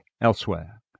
elsewhere